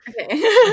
Okay